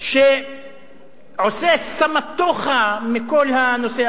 שעושה סמטוחה מכל הנושא.